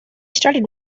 started